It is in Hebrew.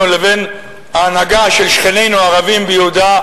לבין ההנהגה של שכנינו הערבים ביהודה,